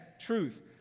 truth